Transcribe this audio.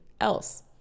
else